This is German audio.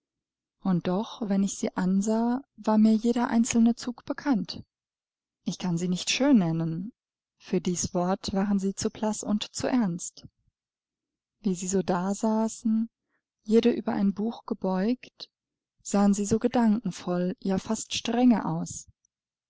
und doch wenn ich sie ansah war mir jeder einzelne zug bekannt ich kann sie nicht schön nennen für dies wort waren sie zu blaß und zu ernst wie sie so dasaßen jede über ein buch gebeugt sahen sie so gedankenvoll ja fast strenge aus